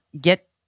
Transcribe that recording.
get